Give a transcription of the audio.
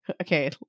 okay